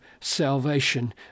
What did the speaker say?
salvation